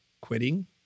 quitting